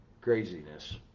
craziness